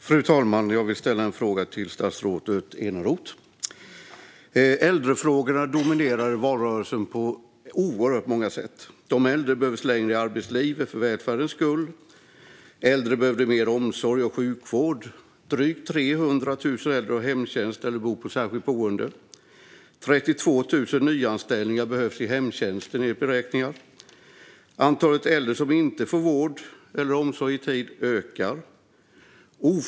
Fru talman! Jag vill ställa en fråga till statsrådet Eneroth. Äldrefrågorna dominerade valrörelsen på oerhört många sätt. De äldre behövs längre i arbetslivet för välfärdens skull. Äldre behöver mer omsorg och sjukvård. Drygt 300 000 äldre har hemtjänst eller bor på särskilt boende och enligt beräkningar behövs 32 000 nyanställningar i hemtjänsten. Antalet äldre som inte får vård eller omsorg i tid ökar.